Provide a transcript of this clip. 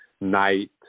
night